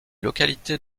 localité